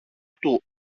του